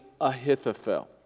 Ahithophel